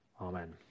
amen